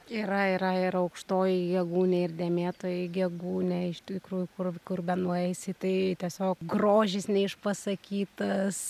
yra yra ir aukštoji gegūnė ir dėmėtoji gegūnė iš tikrųjų kur kur benueisi tai tiesiog grožis neišpasakytas